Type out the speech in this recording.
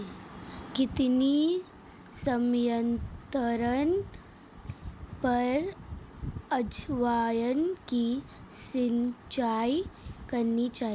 कितने समयांतराल पर अजवायन की सिंचाई करनी चाहिए?